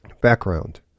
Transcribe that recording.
Background